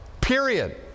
Period